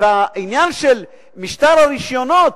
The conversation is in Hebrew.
העניין של משטר הרשיונות,